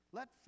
let